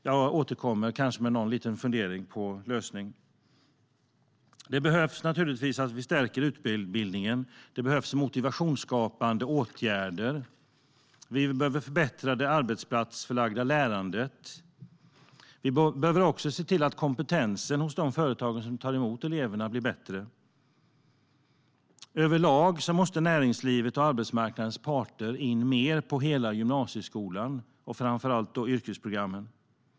Jag återkommer kanske med någon liten fundering på lösning. Det behövs naturligtvis att vi stärker utbildningen. Det behövs motivationsskapande åtgärder. Vi behöver förbättra det arbetsplatsförlagda lärandet. Vi behöver också se till att kompetensen hos de företag som tar emot eleverna blir bättre. Överlag måste näringslivets och arbetsmarknadens parter in mer på hela gymnasieskolan, framför allt på yrkesprogrammen.